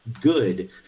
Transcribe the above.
good